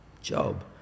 job